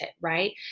right